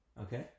okay